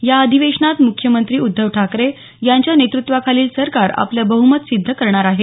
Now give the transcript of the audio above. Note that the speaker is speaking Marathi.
या अधिवेशनात मुख्यमंत्री उद्धव ठाकरे यांच्या नेतृत्वाखालील सरकार आपलं बह्मत सिद्ध करणार आहे